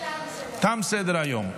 תם סדר-היום.